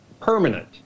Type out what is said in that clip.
permanent